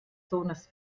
sohnes